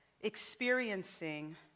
experiencing